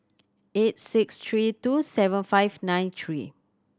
eight six three two seven five nine three